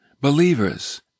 believers